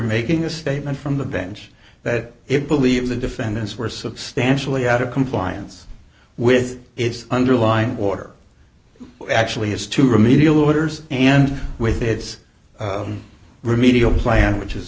making a statement from the bench that it believes the defendants were substantially out of compliance with its underlying water actually as to remedial orders and with its remedial plan which is